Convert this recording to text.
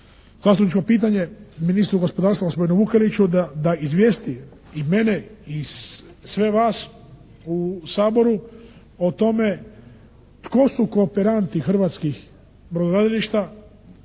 zastupničko pitanje ministru gospodarstva, gospodinu Vukeliću, da izvijesti i mene i sve vas u Saboru o tome tko su kooperanti hrvatskih brodogradilišta,